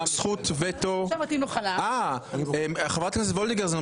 בדברי נבואה, חבר הכנסת קיש?